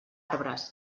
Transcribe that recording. arbres